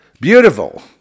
Beautiful